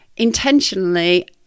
intentionally